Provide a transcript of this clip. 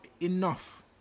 enough